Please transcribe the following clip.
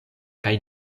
kaj